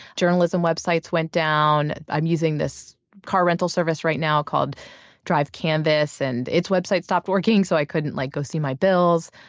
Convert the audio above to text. journalism websites went down, i'm using this car rental service right now, called drive canvas and its website stopped working so i couldn't like go see my bills.